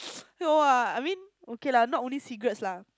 no ah I mean okay lah not only cigarettes lah